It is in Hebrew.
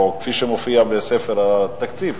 או כפי שמופיע בספר התקציב,